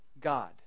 God